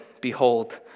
Behold